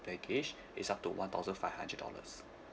baggage is up to one thousand five hundred dollars